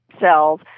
cells